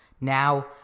Now